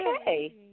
okay